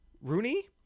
Rooney